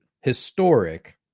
historic